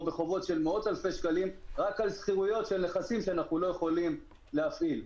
בחובות של אלפי שקלים רק על שכירויות של נכסים שאנחנו לא יכולים להפעיל,